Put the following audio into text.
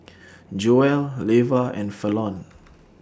Joelle Leva and Fallon